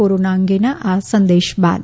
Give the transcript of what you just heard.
corona અંગેના આ સંદેશ બાદ